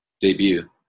debut